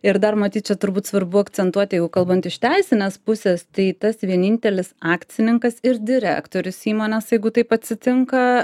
ir dar matyt čia turbūt svarbu akcentuoti jau kalbant iš teisinės pusės tai tas vienintelis akcininkas ir direktorius įmonės jeigu taip atsitinka